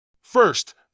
First